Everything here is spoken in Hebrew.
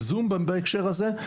בזום בהקשר הזה,